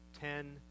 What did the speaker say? ten